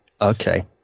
Okay